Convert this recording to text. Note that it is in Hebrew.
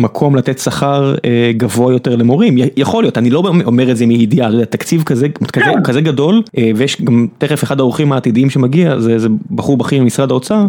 מקום לתת שכר גבוה יותר למורים יכול להיות אני לא אומר את זה מידיעת תקציב כזה כזה גדול ויש גם תכף אחד האורחים העתידיים שמגיע זה זה בחור בכיר ממשרד האוצר